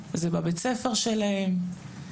אז זה בבית-הספר שלהן,